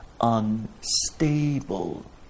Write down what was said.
unstable